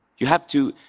you have to.